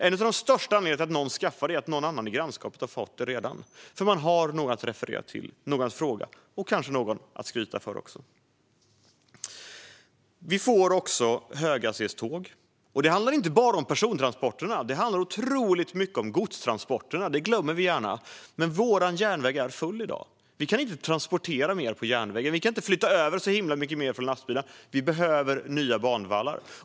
En av de största anledningarna till att någon skaffar sådana är att någon annan i grannskapet redan gjort det. Man har någon att referera till, någon att fråga och kanske också någon att skryta för. Vi får också höghastighetståg. Men det handlar inte bara om persontransporterna. Det handlar otroligt mycket om godstransporterna, vilket vi ofta glömmer. Vår järnväg är full i dag. Vi kan inte transportera mer på järnvägen. Vi kan inte flytta över så himla mycket mer från lastbilar. Vi behöver nya banvallar.